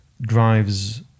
drives